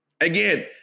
Again